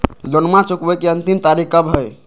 लोनमा चुकबे के अंतिम तारीख कब हय?